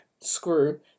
Screw